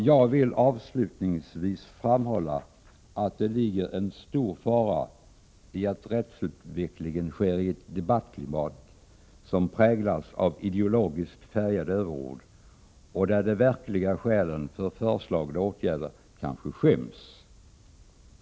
Jag vill avslutningsvis framhålla att det ligger en stor fara i att rättsutvecklingen sker i ett debattklimat som präglas av ideologiskt färgade överord, och där de verkliga skälen för föreslagna åtgärder kanske skyms.